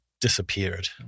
disappeared